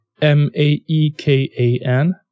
M-A-E-K-A-N